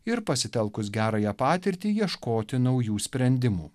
ir pasitelkus gerąją patirtį ieškoti naujų sprendimų